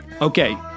Okay